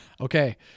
Okay